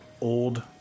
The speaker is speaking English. old